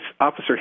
Officer